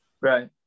right